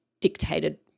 dictated